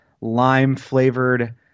lime-flavored